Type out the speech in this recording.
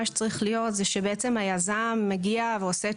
ממילא בדרך כלל ולרוב מה שצריך להיות זה שבעצם היזם מגיע ועושה את